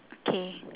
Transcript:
okay